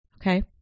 okay